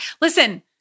Listen